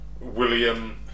William